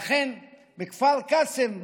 לכן בכפר קאסם,